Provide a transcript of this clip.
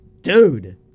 dude